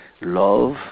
Love